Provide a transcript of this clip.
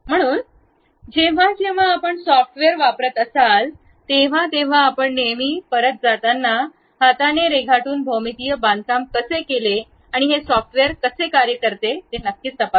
म्हणून जेव्हा जेव्हा आपण सॉफ्टवेअर वापरत असाल तेव्हा आपण नेहमी परत जाताना आम्ही हाताने रेखाटून भौमितीय बांधकाम कसे केले आणि हे सॉफ्टवेअर कसे कार्य करते ते तपासा